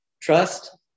trust